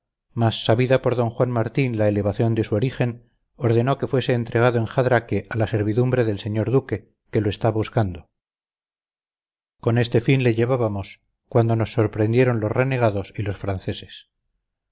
mas sabida por d juan martín la elevación de su origen ordenó que fuese entregado en jadraque a la servidumbre del señor duque que lo está buscando con este fin le llevábamos cuando nos sorprendieron los renegados y los franceses